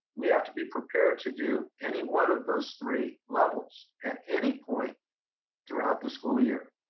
we have to be prepared to do any one of those three levels at any point throughout the school year,